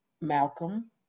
Malcolm